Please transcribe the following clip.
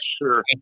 sure